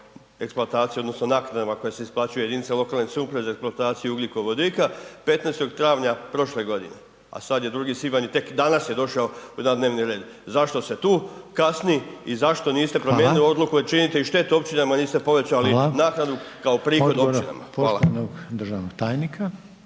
odnosno naknadama koje se isplaćuju jedinicama lokalne samouprave za eksploataciju ugljikovodika 15. travnja prošle godine, a sad je 2. svibanj i tek danas je došao na dnevni red. Zašto se tu kasni i zašto …/Upadica: Hvala/…niste promijenili odluku jer činite štetu i općinama, niste …/Upadica: Hvala/…povećali naknadu kao prihod općinama.